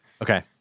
Okay